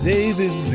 David